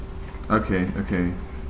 okay okay